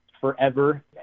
forever